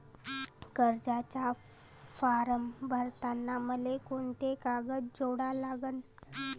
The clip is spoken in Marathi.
कर्जाचा फारम भरताना मले कोंते कागद जोडा लागन?